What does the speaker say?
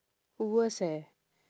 worst eh